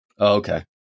Okay